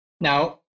Now